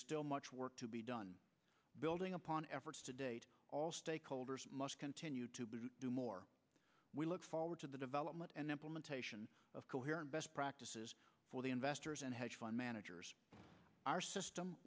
still much work to be done building upon efforts today all stakeholders must continue to do more we look forward to the development and implementation of coherent best practices for the investors and hedge fund managers our system